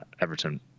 Everton